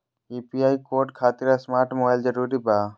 UPI code खातिर smart mobile जरूरी बा?